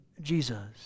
Jesus